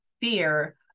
fear